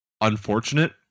unfortunate